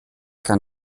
kann